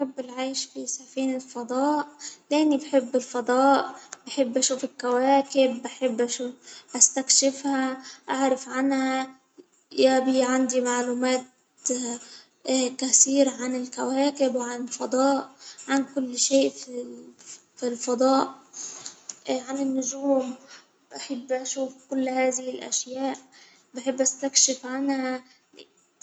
أحب العيش في سفينة الفضاء لإني بحب الفضاء، بحب أشوف الكواكب بحب أشوفها، أستكشها أعرف عنها ،يا بي عندي معلومات كثيرة عن الكواكب ،وعن كل شيء في فضاء، عن النجوم، بحب أشوف كل هذه الاشياء، بحب استكشف عنها.